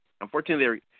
unfortunately